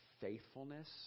faithfulness